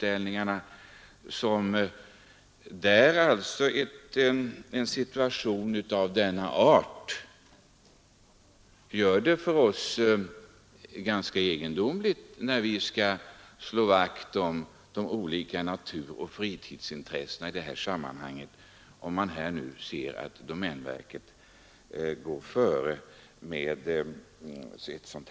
Att domänverket går före med ett sådant exempel gör att vi kommer i en ganska egendomlig situation när vi skall slå vakt om de olika naturoch fritidsintressena i sammanhanget.